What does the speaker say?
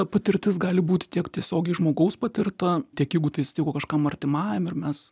patirtis gali būti tiek tiesiogiai žmogaus patirta tiek jeigu tai atsitiko kažkam artimajam ir mes